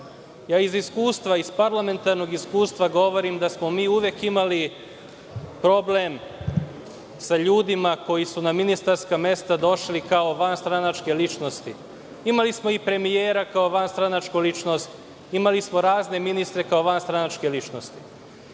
iskustva, parlamentarnog iskustva govorim da smo uvek imali problem sa ljudima koji su na ministarska mesta došli kao vanstranačke ličnosti. Imali smo i premijera kao vanstranačku ličnost. Imali smo razne ministre kao vanstranačke ličnosti.